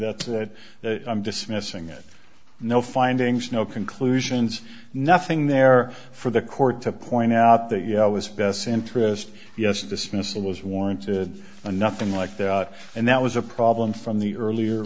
that's it i'm dismissing it no findings no conclusions nothing there for the court to point out that you know is best interest yes dismissal is warranted and nothing like that and that was a problem from the earlier